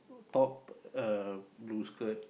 top uh blue skirt